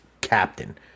captain